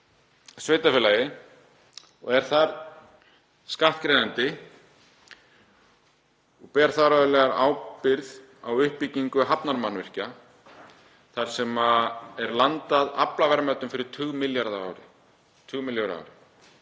sveitarfélagi og er þar skattgreiðandi og ber þar af leiðandi ábyrgð á uppbyggingu hafnarmannvirkja þar sem er landað aflaverðmætum fyrir tugmilljarða á ári.